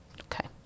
Okay